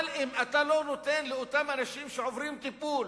אבל אם אתה לא נותן לאותם אנשים שעוברים טיפול